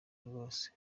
rwose